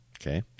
Okay